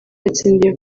yatsindiye